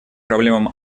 проблемам